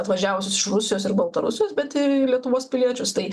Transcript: atvažiavusius iš rusijos ir baltarusijos bet ir lietuvos piliečius tai